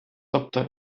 тобто